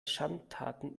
schandtaten